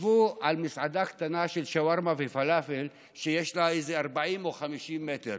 חשבו על מסעדה קטנה של שווארמה ופלאפל שיש לה איזה 40 או 50 מטרים,